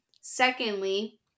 Secondly